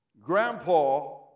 grandpa